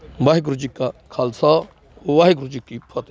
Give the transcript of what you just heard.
ਵਾਹਿਗੁਰੂ ਜੀ ਕਾ ਖਾਲਸਾ ਵਾਹਿਗੁਰੂ ਜੀ ਕੀ ਫਤਿਹ